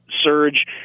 surge